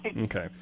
Okay